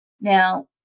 Now